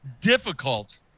difficult